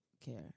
care